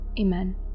Amen